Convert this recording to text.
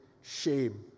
shame